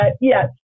yes